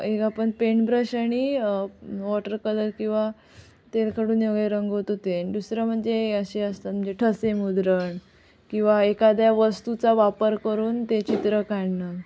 एक आपण paint brush आणि वॉटर कलर किंवा तेलखडूने वगैरे रंगवतो ते दुसरं म्हणजे असे असतात म्हणजे ठसे मुद्रण किंवा एखाद्या वस्तूचा वापर करून ते चित्र काढणं